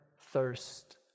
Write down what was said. thirst